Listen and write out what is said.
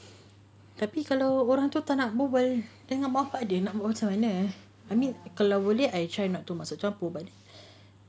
tapi kalau orang tu tak nak bual bual dengan mak pak dia nak buat macam mana I mean kalau boleh I tak nak masuk campur but